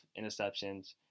interceptions